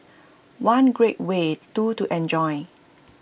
one great way two to enjoy